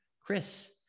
Chris